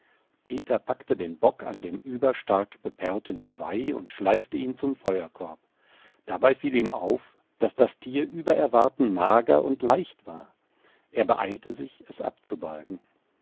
peter packte den bock an dem überstark beperlten geweih und schleifte ihn zum feuerkorb dabei fiel ihm auf daß das tier über erwarten mager und leicht war er beeilte sich es abzubalgen